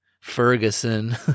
Ferguson